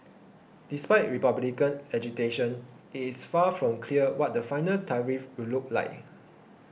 despite Republican agitation it is far from clear what the final tariffs will look like